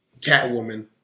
Catwoman